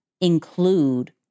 include